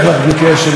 תודה רבה.